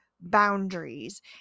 boundaries